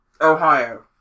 Ohio